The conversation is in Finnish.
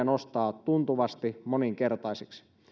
nostaa tuntuvasti moninkertaisiksi